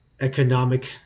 economic